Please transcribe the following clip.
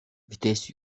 vites